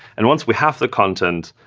and once we have the content,